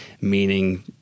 Meaning